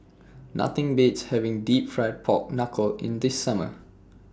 Nothing Beats having Deep Fried Pork Knuckle in The Summer